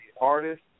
Artist